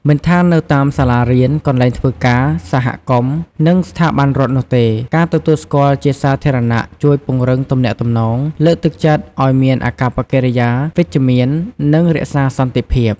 មិនថានៅតាមសាលារៀន កន្លែងធ្វើការ សហគមន៍ និងស្ថាប័នរដ្ឋនោះទេ ការទទួលស្គាល់ជាសាធារណៈជួយពង្រឹងទំនាក់ទំនង លើកទឹកចិត្តឱ្យមានអាកប្បកិរិយាវិជ្ជមាន និងរក្សាសន្តិភាព។